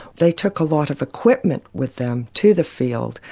they took a lot of equipment with them to the field.